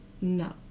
No